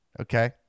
Okay